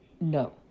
no